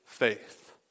Faith